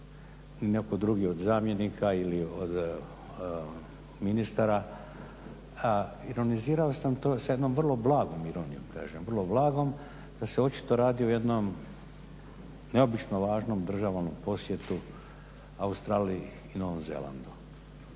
netko drugi od zamjenika ili od ministara ironizirao sam to sa jednom vrlo blagom ironijom kažem, vrlo blagom da se očito radi o jednom neobično važnom državnom posjetu Australiji i Novom Zelandu.